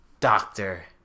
doctor